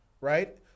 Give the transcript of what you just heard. right